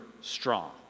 strong